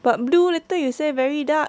but blue later you say very dark